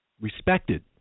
respected